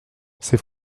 c’est